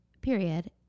period